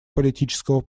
политического